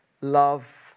love